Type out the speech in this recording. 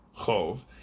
chov